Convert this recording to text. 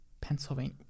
pennsylvania